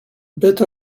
bit